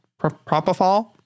propofol